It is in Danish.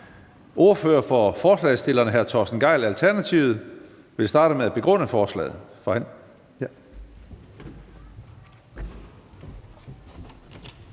Ordføreren for forslagsstillerne, hr. Torsten Gejl fra Alternativet, vil starte med at begrunde forslaget.